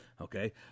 Okay